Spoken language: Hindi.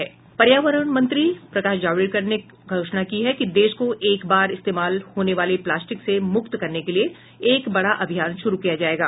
पर्यावरण मंत्री प्रकाश जावड़ेकर ने घोषणा की है कि देश को एक बार इस्तेमाल होने वाले प्लास्टिक से मुक्त करने के लिए एक बड़ा अभियान शुरू किया जायेगा